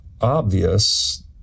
obvious